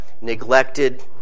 neglected